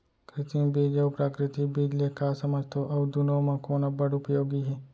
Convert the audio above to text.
कृत्रिम बीज अऊ प्राकृतिक बीज ले का समझथो अऊ दुनो म कोन अब्बड़ उपयोगी हे?